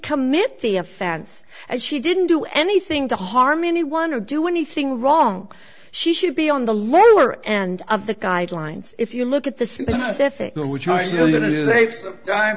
commit the offense and she didn't do anything to harm anyone or do anything wrong she should be on the lower end of the guidelines if you look at the